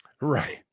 Right